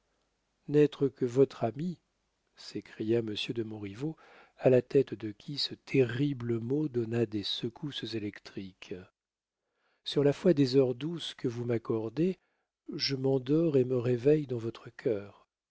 n'être que votre ami s'écria monsieur de montriveau à la tête de qui ce terrible mot donna des secousses électriques sur la foi des heures douces que vous m'accordez je m'endors et me réveille dans votre cœur